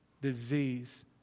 disease